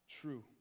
true